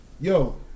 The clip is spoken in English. yo